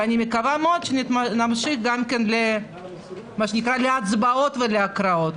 אני מקווה מאוד שנמשיך להקראות ולהצבעות.